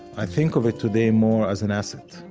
i think of it today more as an asset,